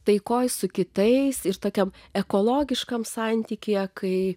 taikoje su kitais ir tokiam ekologiškam santykyje kai